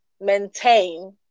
maintain